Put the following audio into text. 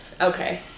Okay